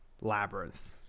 Labyrinth